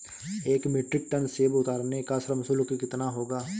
एक metric ton सेव उतारने का श्रम शुल्क कितना होगा?